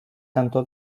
cantó